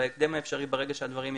בהקדם האפשרי ברגע שהדברים יעברו,